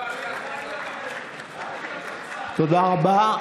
תודה רבה.